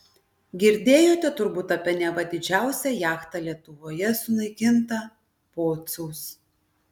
girdėjote turbūt apie neva didžiausią jachtą lietuvoje sunaikintą pociaus